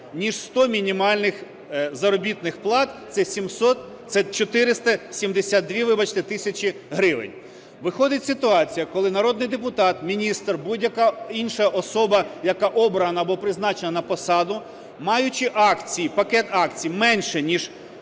ніж 100 мінімальних заробітних плат, це 472 тисячі гривень. Виходить ситуація, коли народний депутат, міністр, будь-яка інша особа, яка обрана або призначена на посаду, маючи акції, пакет